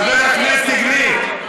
חבר הכנסת גליק,